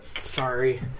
Sorry